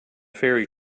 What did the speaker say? fairy